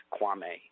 Kwame